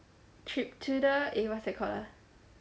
eh what is that called ah